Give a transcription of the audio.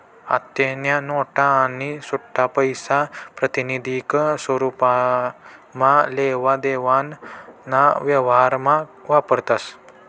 आत्तेन्या नोटा आणि सुट्टापैसा प्रातिनिधिक स्वरुपमा लेवा देवाना व्यवहारमा वापरतस